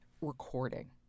recording